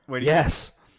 Yes